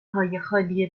خالیهای